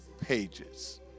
pages